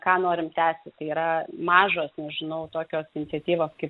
ką norim tęsti tai yra mažos nežinau tokios iniciatyvos kaip